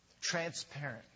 Transparent